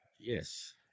Yes